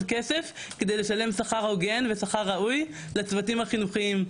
כסף כדי לשלם שכר הוגן ושכר ראוי לצוותים החינוכיים,